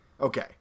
Okay